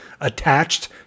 attached